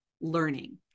learning